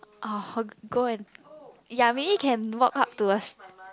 orh go and ya maybe can work up to a